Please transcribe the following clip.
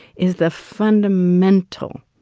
is the fundamental,